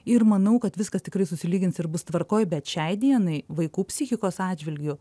ir manau kad viskas tikrai susilygins ir bus tvarkoj bet šiai dienai vaikų psichikos atžvilgiu